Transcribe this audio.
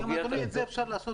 אני אתן לך לסכם.